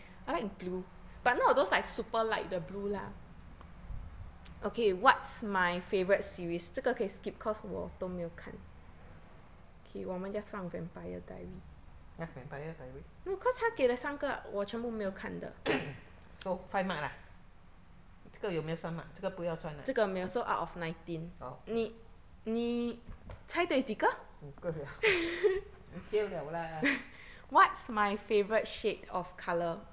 !huh! vampire diary so five mark lah 这个有没有算 mark 这个不要算啦哦五个了 fail 了 lah